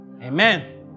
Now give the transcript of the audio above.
Amen